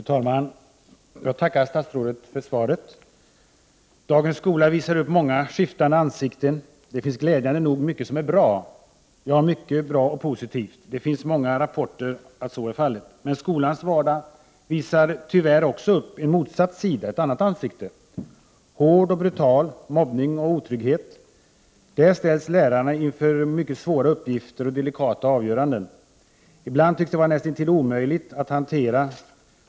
Fru talman! Jag tackar statsrådet för svaret. Dagens skola visar upp många skiftande ansikten. Det finns glädjande nog mycket som är bra, ja, mycket bra och positivt. Det finns många rapporter om att så är fallet. Men skolans vardag visar tyvärr också upp ett annat ansikte, en annan sida: hård och brutal med mobbning och otrygghet. Där ställs lärarna inför mycket svåra uppgifter och delikata avgöranden. Ibland tycks de vara näst intill omöjliga att hantera.